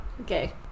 Okay